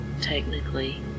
technically